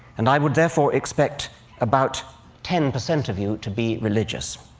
and i would therefore expect about ten percent of you to be religious.